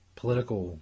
political